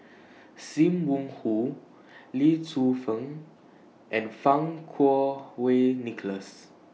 SIM Wong Hoo Lee Tzu Pheng and Fang Kuo Wei Nicholas